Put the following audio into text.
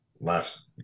Last